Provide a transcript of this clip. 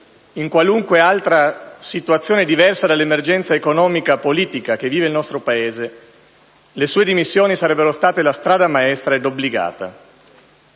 in qualunque altra situazione diversa dall'emergenza economico-politica che vive il nostro Paese, le sue dimissioni sarebbero state la strada maestra ed obbligata.